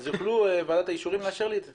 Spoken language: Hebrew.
יוכלו ועדת האישורים לאשר לי את זה.